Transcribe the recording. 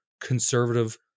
conservative